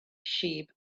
sheep